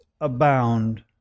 abound